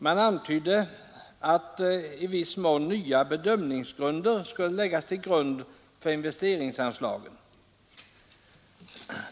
Det antyddes att i viss mån skulle nya bedömningsgrunder anläggas för investeringsanslagen.